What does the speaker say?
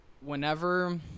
Whenever